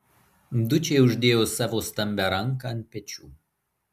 dučė uždėjo savo stambią ranką ant pečių